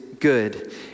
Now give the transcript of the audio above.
good